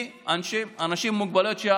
עובדים עם מוגבלויות.